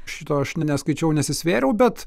šito aš ne neskaičiau nesisvėriau bet